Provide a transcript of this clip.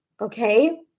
okay